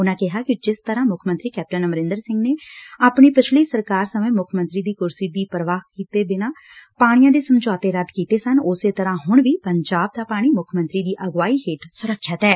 ਉਨਾਂ ਕਿਹਾ ਕਿ ਜਿਸ ਤਕੁਾਂ ਮੁੱਖ ਮੰਤਰੀ ਕੈਪਟਨ ਅਮਰਿਦਰ ਸਿੰਘ ਨੇ ਆਪਣੀ ਪਿਛਲੀ ਸਰਕਾਰ ਸਮੇਂ ਮੁੱਖ ਮੰਤਰੀ ਦੀ ਕੁਰਸੀ ਦੀ ਵੀ ਪਰਵਾਹ ਕੀਤੇ ਬਿਨੂਾਂ ਪਾਣੀਆਂ ਦੇ ਸਮਝੌਤੇ ਰੱਦ ਕੀਤੇ ਸਨ ਉਸੇ ਤਰ੍ਹਾਂ ਹੁਣ ਵੀ ਪੰਜਾਬ ਦਾ ਪਾਣੀ ਮੁੱਖ ਮੰਤਰੀ ਦੀ ਅਗਵਾਈ ਹੇਠ ਸੁਰੱਖਿਅਤ ਐ